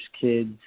kids